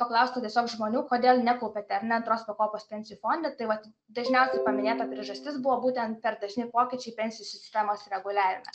paklausta tiesiog žmonių kodėl nekaupiate ar ne atros pakopos pensijų fonde tai vat dažniausiai paminėta priežastis buvo būtent per dažni pokyčiai pensijų sistemos reguliavime